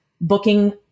booking